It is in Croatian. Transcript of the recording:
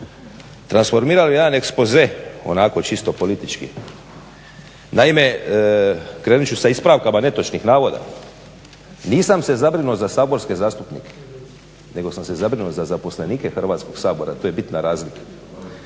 transformirao jedan ekspoze onako čisto politički. Naime, krenut ću sa ispravkama netočnih navoda. Nisam se zabrinuo za saborske zastupnike nego sam se zabrinuo za zaposlenike Hrvatskog sabora, to je bitna razlika.